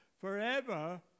forever